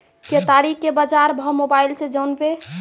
केताड़ी के बाजार भाव मोबाइल से जानवे?